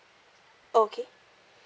okay